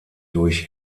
durch